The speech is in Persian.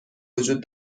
وجود